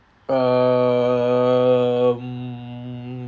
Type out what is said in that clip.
um